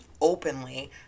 openly